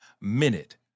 minute